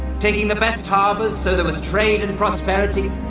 taking the best harbours so there was trade and prosperity,